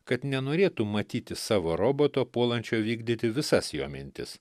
kad nenorėtų matyti savo roboto puolančio vykdyti visas jo mintis